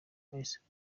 twahisemo